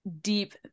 deep